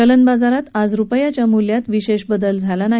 चलनबाजारात आज रुपयाच्या मूल्यात विशेष बदल झाला नाही